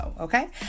okay